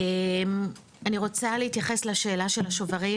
אני רוצה להתייחס לשאלה של השוברים,